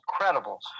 incredible